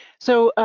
so,